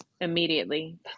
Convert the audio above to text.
Immediately